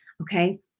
okay